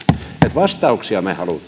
vastauksia me haluamme